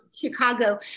Chicago